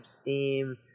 steam